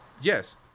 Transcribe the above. yes